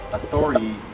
authority